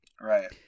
Right